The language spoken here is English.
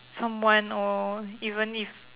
someone or even if